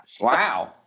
Wow